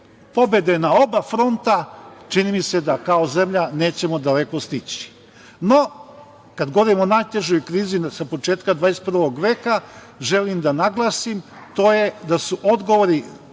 pobede na oba fronta čini mi se da kao zemlja nećemo daleko stići.No, kada govorimo najtežoj krizi sa početka 21. veka, želim da naglasim to je da su odgovori